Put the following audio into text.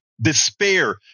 despair